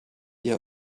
ihr